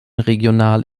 regional